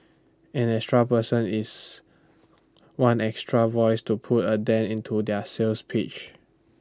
an extra person is one extra voice to put A dent into their sales pitch